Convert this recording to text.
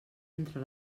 entre